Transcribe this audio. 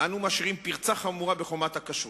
אנו משאירים פרצה חמורה בחומת הכשרות,